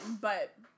but-